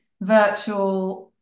virtual